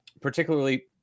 particularly